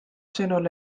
sõnul